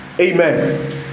Amen